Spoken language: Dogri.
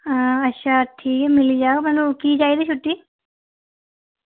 अच्छा ठीक मिली जाह्ग की चाहिदी छुट्टी